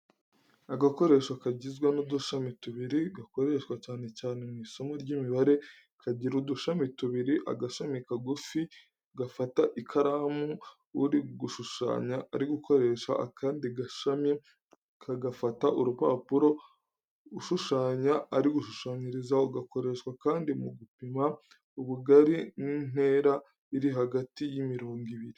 Agakoresho kagizwe n'udushami tubiri gakoreshwa cyane cyane mu isomo ry'imibare. Kagira udushami tubiri, agashami kagufi gafata ikaramu uri gushushanya ari gukoresha, akandi gashami kagafata urupapuro ushushanya ari gushushanyaho. Gakoreshwa kandi mu gupima ubugari n'intera iri hagati y'imirongo ibiri.